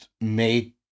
made